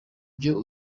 vyo